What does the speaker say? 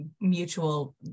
mutual